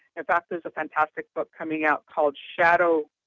in fact, there's a fantastic book coming out called shadow